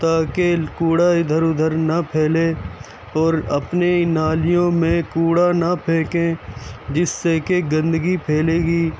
تا کہ کوڑا اِدھر اُدھر نہ پھیلے اور اپنے نالیوں میں کوڑا نہ پھینکیں جس سے کہ گندگی پھیلے گی